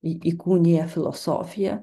įkūnija filosofiją